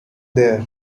there